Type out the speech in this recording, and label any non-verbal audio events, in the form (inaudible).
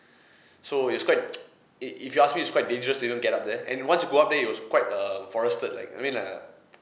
so it's quite (noise) if if you ask me it's quite dangerous to even get up there and once you go up there it was quite um forested like I mean like uh